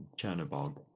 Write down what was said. Chernobog